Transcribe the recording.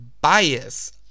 bias